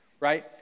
right